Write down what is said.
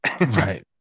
Right